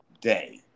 day